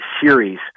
series